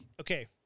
Okay